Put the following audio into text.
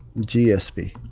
gsp.